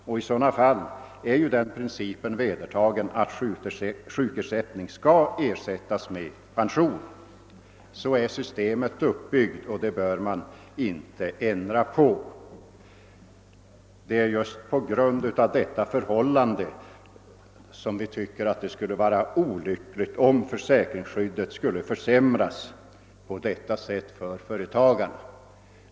I sådana fall är den principen vedertagen att sjukersättningen skall ersättas med pension. Så är systemet uppbyggt, och det bör man inte ändra på. Just på grund härav tycker vi att det skulle vara olyckligt om försäkringsskyddet skulle försämras på detta sätt för företagare.